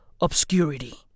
obscurity